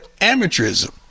amateurism